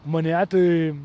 manyje tai